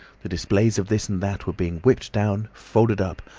the displays of this and that, were being whipped down, folded up,